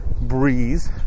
breeze